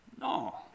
No